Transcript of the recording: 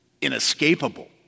inescapable